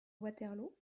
waterloo